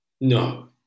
no